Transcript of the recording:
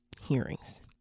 hearings